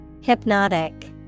Hypnotic